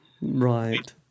Right